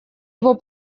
его